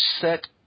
set